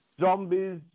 Zombies